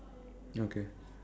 okay